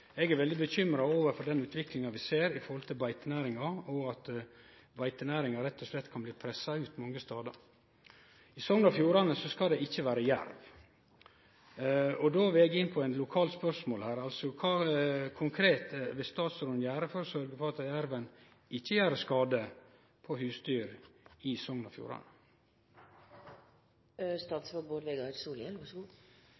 slett kan bli pressa ut mange stader. I Sogn og Fjordane skal det ikkje vere jerv. Då vil eg inn på eit lokalt spørsmål her: Kva konkret vil statsråden gjere for å sørgje for at jerven ikkje gjer skade på husdyr i Sogn og Fjordane?